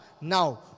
now